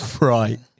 Right